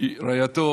רעייתו